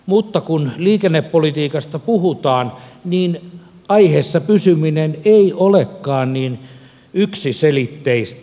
mutta kun liikennepolitiikasta puhutaan niin aiheessa pysyminen ei olekaan niin yksiselitteistä